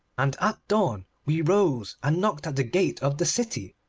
and at dawn we rose and knocked at the gate of the city.